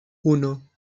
uno